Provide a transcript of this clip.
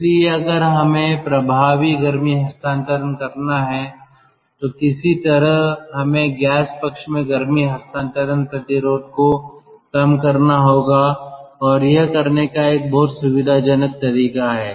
इसलिए अगर हमें प्रभावी गर्मी हस्तांतरण करना है तो किसी तरह हमें गैस पक्ष में गर्मी हस्तांतरण प्रतिरोध को कम करना होगा और यह करने का एक बहुत सुविधाजनक तरीका है